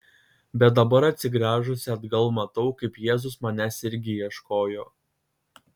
bet dabar atsigręžusi atgal matau kaip jėzus manęs irgi ieškojo